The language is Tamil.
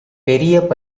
பெரிய